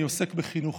אני עוסק בחינוך,